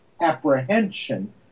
apprehension